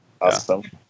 Awesome